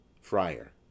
Friar